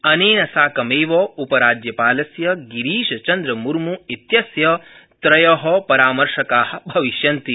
अनेन साकमेव उपराज्यपालस्य गिरीशचन्द्रमुर्म इत्यस्य त्रय परामर्शका भविष्यन्ति